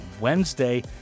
wednesday